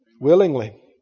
Willingly